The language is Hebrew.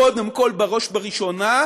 קודם כול, בראש ובראשונה,